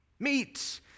Meat